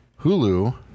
Hulu